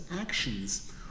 actions